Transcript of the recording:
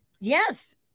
Yes